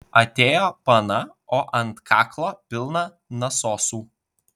atėjo pana o ant kaklo pilna nasosų